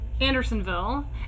Andersonville